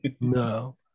No